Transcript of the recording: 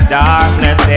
darkness